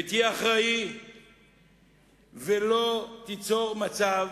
תהיה אחראי ולא תיצור מצב